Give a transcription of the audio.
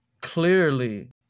clearly